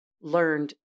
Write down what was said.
learned